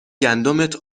گندمت